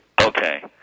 Okay